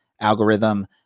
algorithm